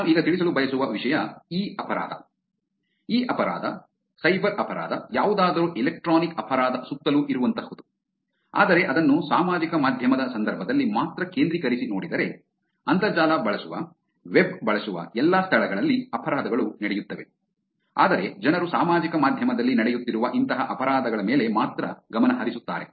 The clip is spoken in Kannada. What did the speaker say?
ನಾನು ಈಗ ತಿಳಿಸಲು ಬಯಸುವ ವಿಷಯ ಇ ಅಪರಾಧ ಇ ಅಪರಾಧ ಸೈಬರ್ ಅಪರಾಧ ಯಾವುದಾದರೂ ಎಲೆಕ್ಟ್ರಾನಿಕ್ ಅಪರಾಧ ಸುತ್ತಲೂ ಇರುವಂತಹುದು ಆದರೆ ಅದನ್ನು ಸಾಮಾಜಿಕ ಮಾಧ್ಯಮದ ಸಂದರ್ಭದಲ್ಲಿ ಮಾತ್ರ ಕೇಂದ್ರೀಕರಿಸಿ ನೋಡಿದರೆ ಅಂತರ್ಜಾಲ ಬಳಸುವ ವೆಬ್ ಬಳಸುವ ಎಲ್ಲಾ ಸ್ಥಳಗಳಲ್ಲಿ ಅಪರಾಧಗಳು ನಡೆಯುತ್ತವೆ ಆದರೆ ಜನರು ಸಾಮಾಜಿಕ ಮಾಧ್ಯಮದಲ್ಲಿ ನಡೆಯುತ್ತಿರುವ ಇಂತಹ ಅಪರಾಧಗಳ ಮೇಲೆ ಮಾತ್ರ ಗಮನಹರಿಸುತ್ತಾರೆ